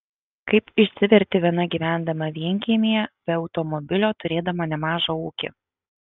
kaip išsiverti viena gyvendama vienkiemyje be automobilio turėdama nemažą ūkį